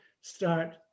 start